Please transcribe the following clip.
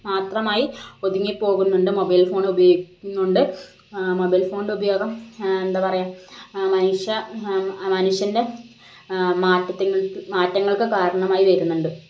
മാത്രമായി ഒതുങ്ങിപ്പോകുന്നുണ്ട് mobile phone ഉപയോഗിക്കുന്നതുകൊണ്ട് മൊബൈൽ ഫോണിൻ്റെ ഉപയോഗം എന്താ പറയുക മനുഷ്യ മനുഷ്യൻ്റെ മാറ്റങ്ങൾക്ക് കാരണമായി വരുന്നുണ്ട്